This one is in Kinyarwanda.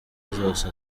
zose